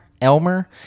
Elmer